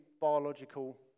biological